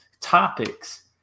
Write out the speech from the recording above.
topics